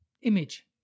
image